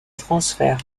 transfert